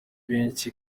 benshi